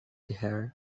her